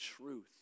truth